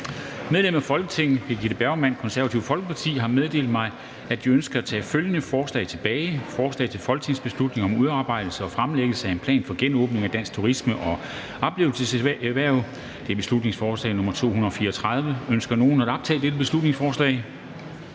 Medlemmer af Folketinget Birgitte Bergman (KF) m.fl. har meddelt mig, at de ønsker at tage følgende forslag tilbage: Forslag til folketingsbeslutning om udarbejdelse og fremlæggelse af en plan for genåbning af det danske turisme- og oplevelseserhverv. (Beslutningsforslag nr. B 234). Ønsker nogen at optage dette beslutningsforslag?